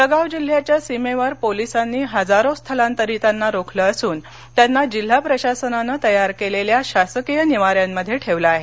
जळगाव जिल्ह्याच्या सीमेवर पोलीसांनी इजारो स्थलांतरिताना रोखलं असून त्यांना जिल्हा प्रशासनाने तयार केलेल्या शासकीय निवाऱ्यांमध्ये ठेवलं आहे